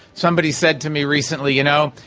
somebody said to me recently, you know,